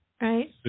right